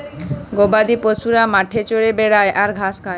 গবাদি পশুরা মাঠে চরে বেড়ায় আর ঘাঁস খায়